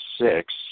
six